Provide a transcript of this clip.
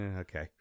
Okay